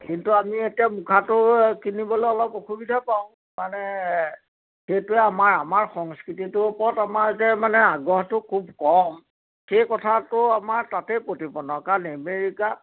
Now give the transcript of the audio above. কিন্তু আমি এতিয়া মুখাটো কিনিবলৈ অলপ অসুবিধা পাওঁ মানে সেইটোৱে আমাৰ আমাৰ সংস্কৃতিটোৰ ওপৰত আমাৰ যে মানে আগ্ৰহটো খুব কম সেই কথাটো আমাৰ তাতেই প্ৰতিপন্ন কাৰণ এমেৰিকা